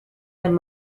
and